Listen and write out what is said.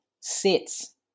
Sits